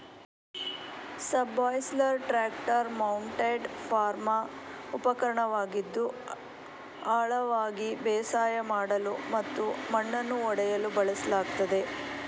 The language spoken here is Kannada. ಸಬ್ಸಾಯ್ಲರ್ ಟ್ರಾಕ್ಟರ್ ಮೌಂಟೆಡ್ ಫಾರ್ಮ್ ಉಪಕರಣವಾಗಿದ್ದು ಆಳವಾಗಿ ಬೇಸಾಯ ಮಾಡಲು ಮತ್ತು ಮಣ್ಣನ್ನು ಒಡೆಯಲು ಬಳಸಲಾಗ್ತದೆ